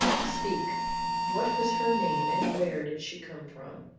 speak what was her name and where did she come from?